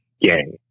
gang